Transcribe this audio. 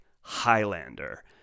Highlander